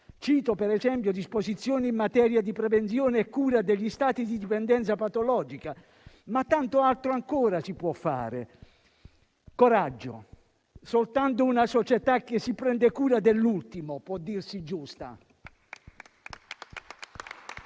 recante «Disposizioni in materia di prevenzione e cura degli stati di dipendenza patologica», ma tanto altro ancora si può fare. Coraggio! Soltanto una società che si prende cura dell'ultimo può dirsi giusta.